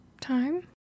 time